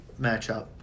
matchup